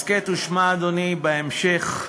הסכת ושמע, אדוני, בהמשך.